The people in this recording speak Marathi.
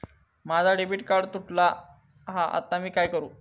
माझा डेबिट कार्ड तुटला हा आता मी काय करू?